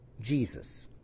Jesus